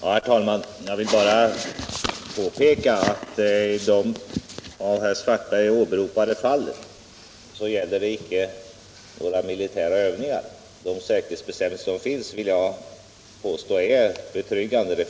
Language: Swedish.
Herr talman! Jag vill bara påpeka att de av herr Svartberg åberopade fallen inte gäller några militära övningar. De säkerhetsbestämmelser som finns vill jag påstå är betryggande.